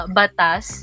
batas